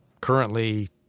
currently